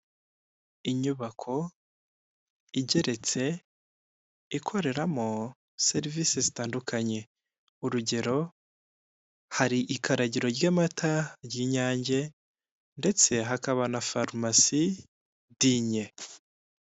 Inyubako igeretse ikoreramo serivise zitandukanye urugero hari ikaragiro ry'amata ry'Inyange ndetse hakaba na farumasi dinye.